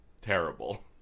Terrible